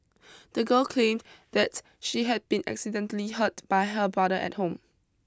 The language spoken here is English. the girl claimed that she had been accidentally hurt by her brother at home